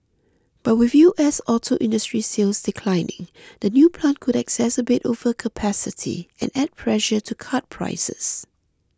but with U S auto industry sales declining the new plant could exacerbate overcapacity and add pressure to cut prices